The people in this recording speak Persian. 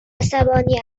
عصبانی